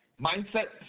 mindset